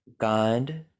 God